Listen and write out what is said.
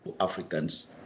Africans